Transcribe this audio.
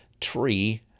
tree